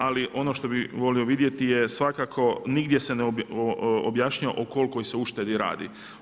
Ali ono što bih volio vidjeti je svakako, nigdje se ne objašnjava o kolikoj se uštedi radi.